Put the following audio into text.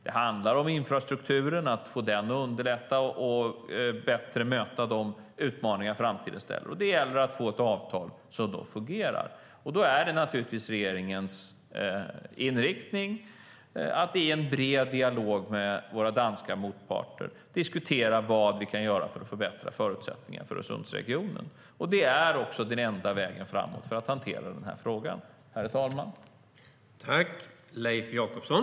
Det handlar om infrastrukturen och att få den att underlätta och bättre möta de utmaningar som framtiden ställer oss inför. Det gäller att få ett avtal som fungerar. Då är det naturligtvis regeringens inriktning att i en bred dialog med våra danska motparter diskutera vad vi kan göra för att förbättra förutsättningarna för Öresundsregionen. Det är också den enda vägen framåt för att hantera frågan, herr talman.